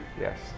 yes